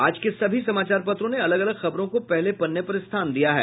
आज के सभी समाचार पत्रों ने अलग अलग खबरों को पहले पन्ने पर स्थान दिया है